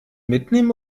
mitnehmen